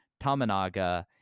Tamanaga